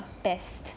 best